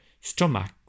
stomach